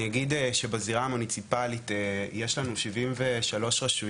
אני אגיד שבזירה המוניציפלית, יש לנו 73 רשויות,